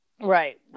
Right